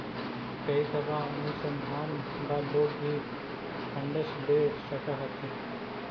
कई दफा अनुसंधान ला लोग भी फंडस दे सकअ हथीन